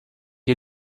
you